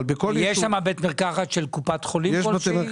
יש שם בית מרקחת של קופת חולים כלשהי?